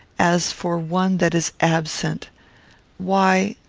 as for one that is absent why,